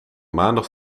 maandag